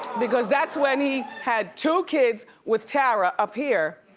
because that's when he had two kids with tara, up here,